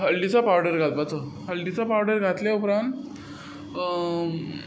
हलदीचो powder घालपाचो हलदीचो powder घातल्या उपरान